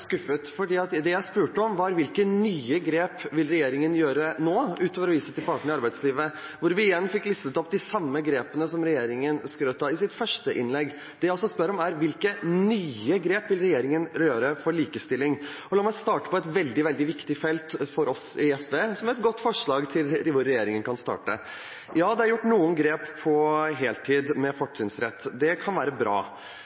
Det jeg spurte om, var hvilke nye grep regjeringen vil gjøre nå, utover å vise til partene i arbeidslivet – og vi fikk listet opp de samme grepene som statsråden skrøt av i sitt første innlegg. Det jeg spør om, er: Hvilke nye grep vil regjeringen gjøre for likestilling? La meg starte på et veldig viktig felt for oss i SV – som et godt forslag til hvor regjeringen kan starte. Ja, det er gjort noen grep når det gjelder fortrinnsrett til heltid.